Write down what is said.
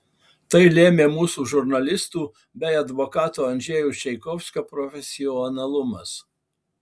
tai lėmė mūsų žurnalistų bei advokato andžejaus čaikovskio profesionalumas